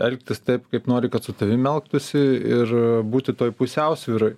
elgtis taip kaip nori kad su tavim elgtųsi ir būti toj pusiausvyroj